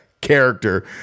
character